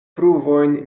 pruvojn